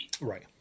right